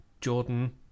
jordan